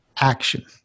action